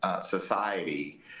society